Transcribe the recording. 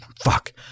Fuck